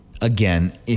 Again